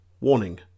Warning